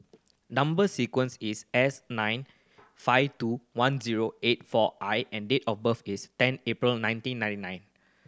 number sequence is S nine five two one zero eight four I and date of birth is ten April nineteen ninety nine